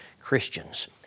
Christians